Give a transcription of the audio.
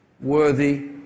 worthy